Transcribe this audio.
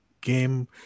game